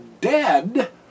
dead